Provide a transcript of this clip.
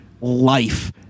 life